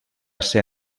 ser